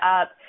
up